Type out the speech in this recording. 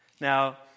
Now